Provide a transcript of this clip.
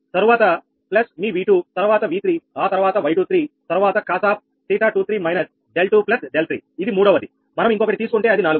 తర్వాత ప్లస్ మీ V2 తర్వాత V3 ఆ తర్వాత Y23 తర్వాత cos𝜃23 − 𝛿2 𝛿3 ఇది మూడవది మనం ఇంకొకటి తీసుకుంటే అది నాలుగవది